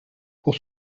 pour